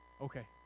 okay